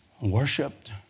Worshipped